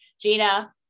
Gina